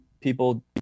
people